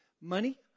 money